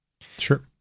Sure